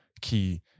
key